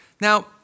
Now